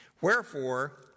Wherefore